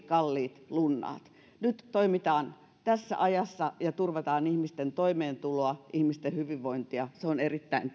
kalliit lunnaat nyt toimitaan tässä ajassa ja turvataan ihmisten toimeentuloa ja ihmisten hyvinvointia se on erittäin